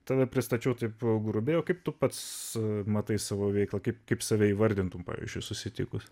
tave pristačiau taip grubiai kaip tu pats matai savo veiklą kaip kaip save įvardintumei pavyzdžiui susitikus